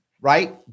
right